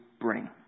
bring